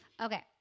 Okay